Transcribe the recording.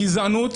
הגזענות